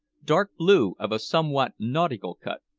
dark blue, of a somewhat nautical cut.